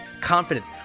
confidence